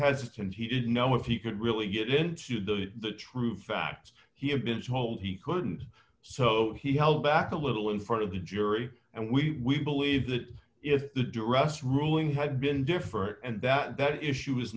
hesitant he didn't know if he could really get into the the true facts he had been told he couldn't so he held back a little in front of the jury and we believe that if the duress ruling had been different and that that issue